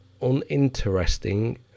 uninteresting